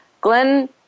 Glenn